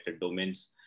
domains